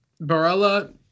Barella